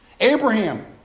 Abraham